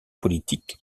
politiques